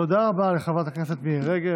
תודה רבה לחבר הכנסת מירי רגב.